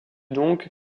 donc